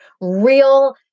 real